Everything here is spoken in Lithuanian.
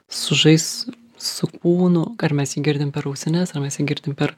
sužais su kūnu ar mes jį girdim per ausines ar mes girdim per